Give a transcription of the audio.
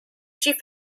she